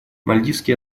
мальдивские